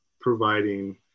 providing